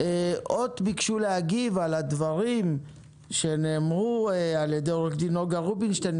הוט ביקשו להגיב על הדברים שנאמרו על ידי עו"ד נגה רובינשטיין.